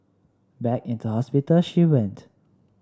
back into hospital she went